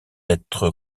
être